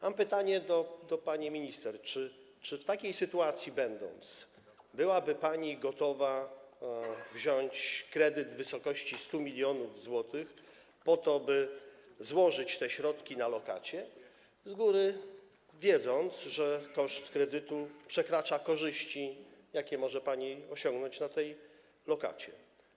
Mam pytanie do pani minister: Czy będąc w takiej sytuacji, byłaby pani gotowa wziąć kredyt w wysokości 100 mln zł po to, by złożyć te środki na lokacie, z góry wiedząc, że koszt kredytu przekracza korzyści, jakie może pani osiągnąć na tej lokacie?